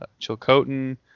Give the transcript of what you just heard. Chilcotin